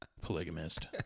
polygamist